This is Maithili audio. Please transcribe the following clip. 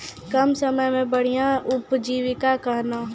कम समय मे बढ़िया उपजीविका कहना?